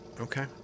Okay